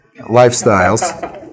lifestyles